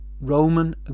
Roman